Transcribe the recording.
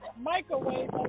microwave